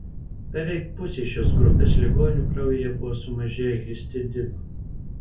beveik pusei šios grupės ligonių kraujyje buvo sumažėję histidino